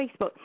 Facebook